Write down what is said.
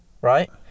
right